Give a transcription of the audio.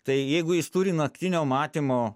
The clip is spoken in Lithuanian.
tai jeigu jis turi naktinio matymo